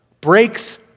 breaks